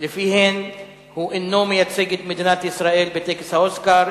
שלפיהם הוא אינו מייצג את מדינת ישראל בטקס האוסקר,